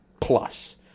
plus